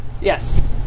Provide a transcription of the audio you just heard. Yes